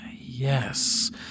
Yes